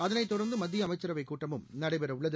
அதைத் தொடர்ந்து மத்திய அமைச்சரவைக் கூட்டமும் நடைபெறவுள்ளது